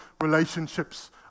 relationships